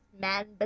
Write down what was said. man